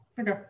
Okay